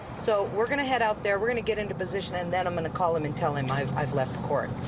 so we're going to head out there, we're going to get into position, and then i'm going to call him and tell him i've i've left the court.